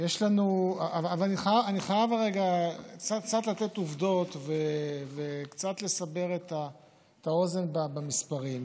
אבל אני חייב רגע קצת לתת עובדות וקצת לסבר את האוזן במספרים,